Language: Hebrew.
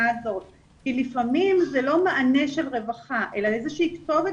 הזאת כי לפעמים זה לא מענה של רווחה אלא איזושהי כתובת